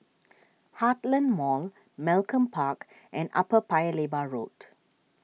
Heartland Mall Malcolm Park and Upper Paya Lebar Road